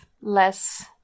less